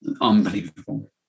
unbelievable